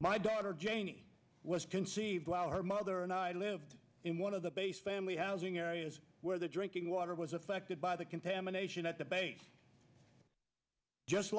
my daughter janie was conceived while her mother and i lived in one of the base family housing areas where the drinking water was affected by the contamination at the base just